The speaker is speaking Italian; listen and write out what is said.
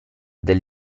del